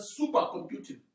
supercomputing